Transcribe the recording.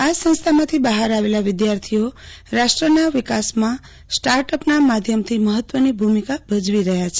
આ સંસ્થામાંથી બહાર આવેલા વિદ્યાર્થીઓ રાષ્ટ્રના વિકાસમાં સ્ટાર્ટઅપના માધ્યમથી મહત્વની ભૂમિકા ભજવી રહ્યા છે